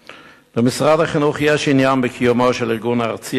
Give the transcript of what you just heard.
למשרד החינוך יש עניין בקיומו של ארגון ארצי